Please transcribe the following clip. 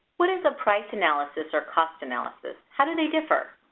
what is a price analysis or cost analysis? how do they differ?